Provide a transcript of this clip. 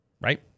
right